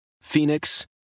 Phoenix